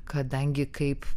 kadangi kaip